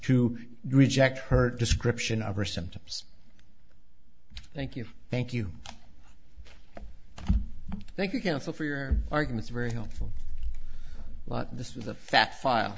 to reject her description of her symptoms thank you thank you thank you council for your arguments very helpful but this was a fat file